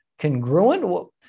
congruent